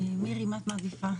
מירי, מה את מעדיפה?